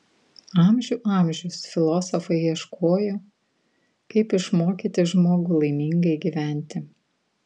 amžių amžius filosofai ieškojo kaip išmokyti žmogų laimingai gyventi